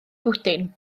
bwdin